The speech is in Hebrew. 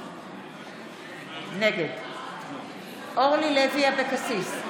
נגד אורלי לוי אבקסיס,